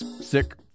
sick